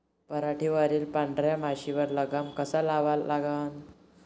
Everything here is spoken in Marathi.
पराटीवरच्या पांढऱ्या माशीवर लगाम कसा लावा लागन?